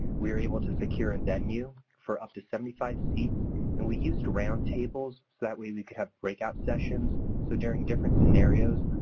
we were able to secure a venue for up to seventy five seats and we used roundtables so that way we could have breakout sessions. so during different scenarios,